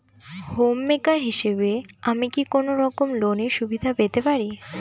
Home maker হিসেবে কি আমি কোনো রকম লোনের সুবিধা পেতে পারি?